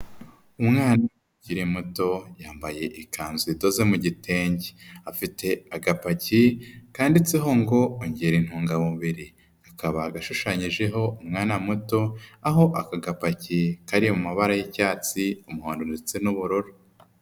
Umwana ukiri muto, yambaye ikanzu itoze mu gitenge. Afite agapaki kanditseho ngo ongera intungamubiri, kakaba gashushanyijeho umwana muto, aho aka gapaki kari mu mabara y'icyatsi, umuhondo ndetse n'ubururu.